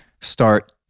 start